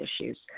issues